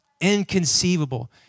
inconceivable